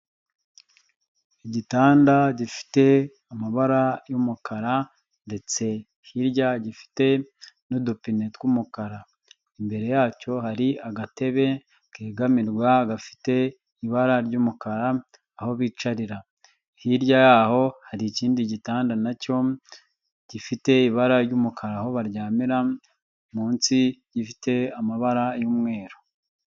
Igitanda gifite amabara y'umukara ndetse hirya gifite n'udupine tw'umukara imbere yacyo hari agatebe kegamirwa gafite ibara ry'umukara aho bicarira hirya yaho hari ikindi gitanda na cyo gifite ibara ry'umukara aho baryamira munsi gifite amabara y'umweru.